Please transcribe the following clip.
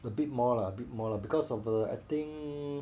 a bit more lah a bit more lah because of the I think